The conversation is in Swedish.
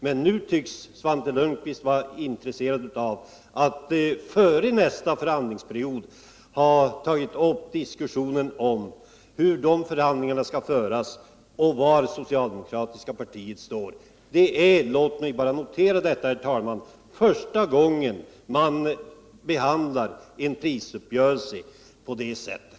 Men nu tycks Svante Lundkvist vara intresserad av att redan före nästa förhandlingsperiod ta upp en diskussion om hur de förhandlingarna skall föras och var det socialdemokratiska partiet står. Detta är — låt mig bara notera detta, herr talman — första gången som man behandlar en prisuppgörelse på det sättet!